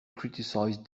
criticized